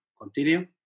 continue